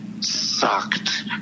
sucked